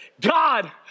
God